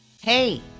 Hey